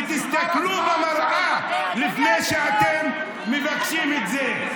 תסתכלו בראי לפני שאתם מבקשים את זה.